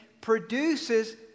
produces